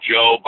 Joe